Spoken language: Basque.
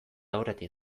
aurretik